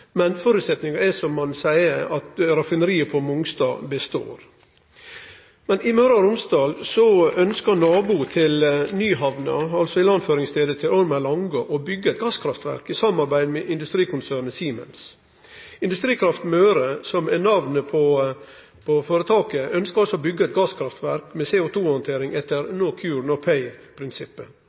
ein seier, at raffineriet på Mongstad består. I Møre og Romsdal ønskjer naboen til Nyhamna, altså ilandføringsstaden til Ormen Lange, å byggje eit gasskraftverk i samarbeid med industrikonsernet Siemens. Industrikraft Møre, som er namnet på føretaket, ønskjer altså å byggje eit gasskraftverk med CO2-handtering etter